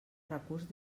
recurs